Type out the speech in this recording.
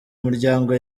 muryango